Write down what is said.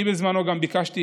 בזמנו אני גם ביקשתי